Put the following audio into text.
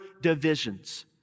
divisions